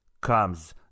comes